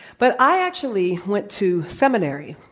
but i actually went to seminary.